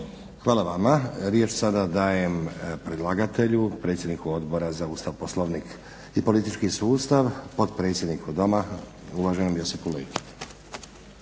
Hvala vama. Riječ sada dajem predlagatelju, predsjedniku Odbora za Ustav, Poslovnik i politički sustav potpredsjedniku Doma uvaženom Josipu Leki.